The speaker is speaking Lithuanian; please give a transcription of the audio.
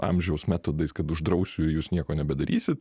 amžiaus metodais kad uždrausiu ir jūs nieko nebedarysit